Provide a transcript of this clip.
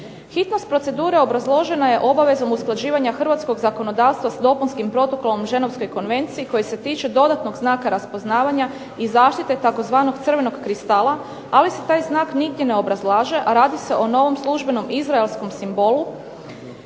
Hitnost procedure obrazložena je obavezom usklađivanja hrvatskog zakonodavstva s dopunskim protokolom ženevske konvencije koji se tiče dodatnog znaka raspoznavanja i zaštite tzv. crvenog kristala, ali se taj znak nigdje ne obrazlaže, a radi se o novom službenom izraelskom simbolu,